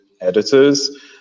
editors